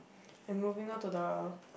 and moving on to the